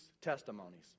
testimonies